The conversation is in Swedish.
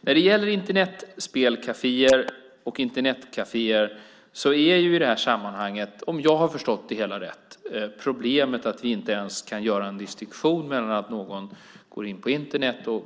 När det gäller Internetspelkaféer och Internetkaféer är problemet i det här sammanhanget, om jag har förstått det hela rätt, att vi inte ens kan göra en distinktion mellan att någon går in på en spelsida på